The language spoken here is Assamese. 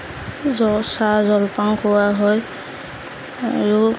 চাহ জলপান খোৱা হয় আৰু